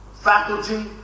faculty